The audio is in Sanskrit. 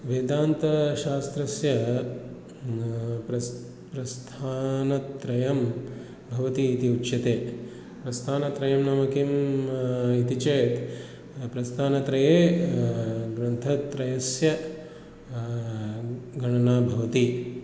वेदान्तशास्त्रस्य प्रस् प्रस्थानत्रयं भवतीति उच्यते प्रस्थानत्रयं नाम किं इति चेत् प्रस्थानत्रयेषु ग्रन्थत्रयस्य गणना भवति